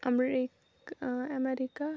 America America